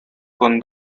con